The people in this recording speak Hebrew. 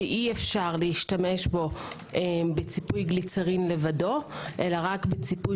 שאי אפשר להשתמש בו בציפוי גליצרין לבדו אלא רק בציפוי